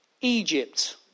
Egypt